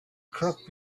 crook